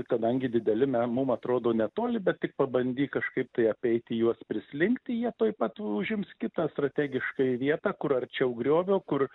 kadangi dideli me mum atrodo netoli bet tik pabandyk kažkaip tai apeiti juos prislinkti jie tuoj pat užims kitą strategiškai vietą kur arčiau griovio kur